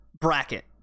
bracket